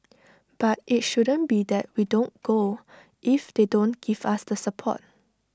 but IT shouldn't be that we don't go if they don't give us the support